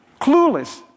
clueless